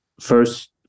first